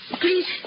please